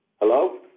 Hello